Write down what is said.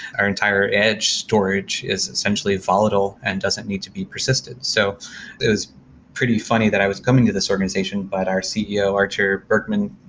our entire edge storage is essentially volatile and doesn't need to be persistent. so it was pretty funny that i was coming to this organization, but our ceo, artur bergman,